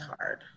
hard